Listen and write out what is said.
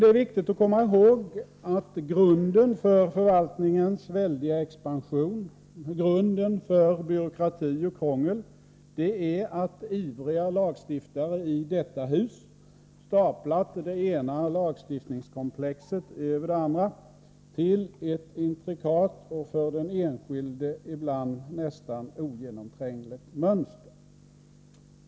Det är viktigt att komma ihåg att grunden för förvaltningens väldiga expansion, grunden för byråkrati och krångel är att ivriga lagstiftare i detta hus staplat det ena lagstiftningskomplexet över det andra till ett intrikat och för den enskilde ibland nästan ogenomträngligt mönster.